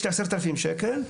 יש לי 10,000 שקל,